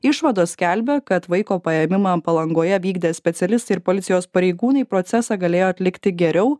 išvados skelbia kad vaiko paėmimą palangoje vykdę specialistai ir policijos pareigūnai procesą galėjo atlikti geriau